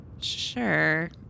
Sure